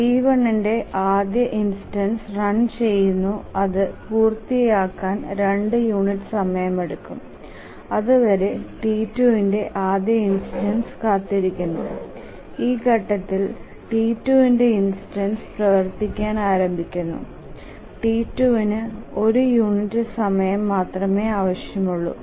T1 ന്ടെ ആദ്യ instance run ചെയുന്നു അതു പൂർത്തിയാകാൻ 2 യൂണിറ്റ് സമയമെടുക്കും അതുവരെ T2 ന്റെ ആദ്യ ഇൻസ്റ്റൻസ് കാത്തിരിക്കുന്നു ഈ ഘട്ടത്തിൽ T 2 ഇൻസ്റ്റൻസ് പ്രവർത്തിക്കാൻ ആരംഭിക്കുക T2 ന് 1 യൂണിറ്റ് സമയം മാത്രമേ ആവശ്യമുള്ളൂ